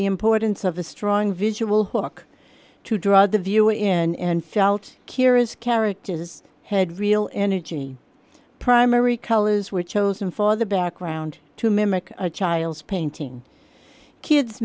the importance of a strong visual hook to draw the viewer in and felt kira's characters had real energy primary colors were chosen for the background to mimic a child's painting kids